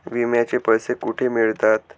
विम्याचे पैसे कुठे मिळतात?